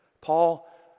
Paul